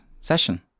session